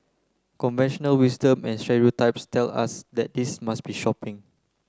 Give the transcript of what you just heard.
conventional wisdom and stereotypes tell us that this must be shopping